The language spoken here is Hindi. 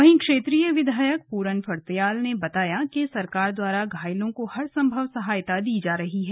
वहीं क्षेत्रीय विधयक पूरन फर्त्याल ने बताया कि सरकार द्वारा घायलों को हर सम्भव सहायता दी जा रही है